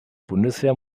bundeswehr